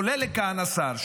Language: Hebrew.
עולה לכאן השר,